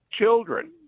children